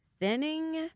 thinning